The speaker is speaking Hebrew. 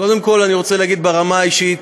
קודם כול אני רוצה לומר ברמה האישית: